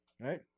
right